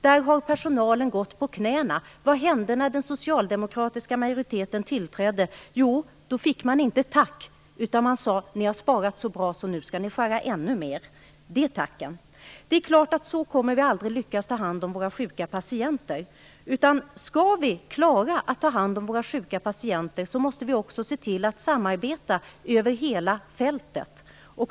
Där har personalen gått på knäna, men vad hände när den socialdemokratiska majoriteten tillträdde? De fick inte ens ett tack! I stället sade man: Ni har sparat så bra att ni nu skall skära ned ännu mer. Det var tacken! På så sätt kommer vi aldrig att lyckas ta hand om våra sjuka patienter. Om vi skall klara det måste vi se till att samarbeta över hela fältet.